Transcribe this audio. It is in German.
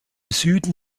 süden